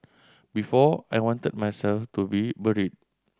before I wanted myself to be buried